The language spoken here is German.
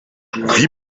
wie